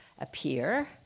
appear